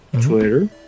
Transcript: Twitter